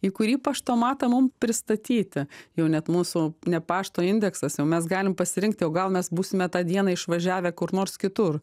į kurį paštomatą mum pristatyti jau net mūsų ne pašto indeksas jau mes galim pasirinkti o gal mes būsime tą dieną išvažiavę kur nors kitur